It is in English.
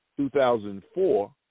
2004